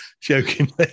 jokingly